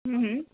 ہوں ہوں